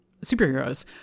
superheroes